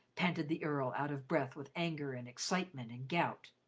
panted the earl, out of breath with anger and excitement and gout.